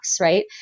right